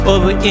Over